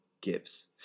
gives